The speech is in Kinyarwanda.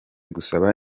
gusaba